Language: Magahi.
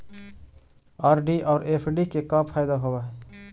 आर.डी और एफ.डी के का फायदा होव हई?